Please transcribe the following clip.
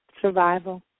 survival